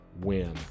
win